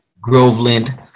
Groveland